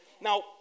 Now